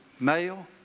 Male